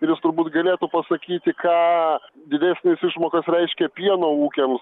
ir jis turbūt galėtų pasakyti ką didesnės išmokos reiškia pieno ūkiams